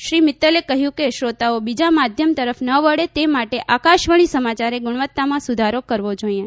શ્રી મિત્તલે કહ્યુંકે શ્રોતાઓ બીજા માધ્યમ તરફ ન વળે તે માટે આકાશવાણી સમાચારે ગુણવત્તામાં સુધારો કરવો જોઈએ